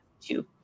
two